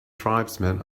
tribesmen